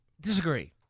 disagree